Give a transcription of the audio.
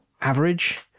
average